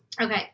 Okay